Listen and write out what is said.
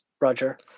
Roger